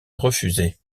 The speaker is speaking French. refusait